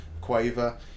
quaver